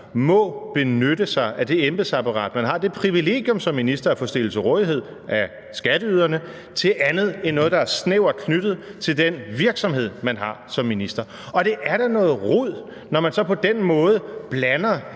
må benytte sig af det embedsapparat, man har, det privilegium, som ministre får stillet til rådighed af skatteyderne, til andet end noget, der er snævert knyttet til den virksomhed, man har som minister. Og det er da noget rod, når man så på den måde blander